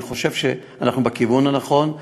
אני חושב שאנחנו בכיוון הנכון.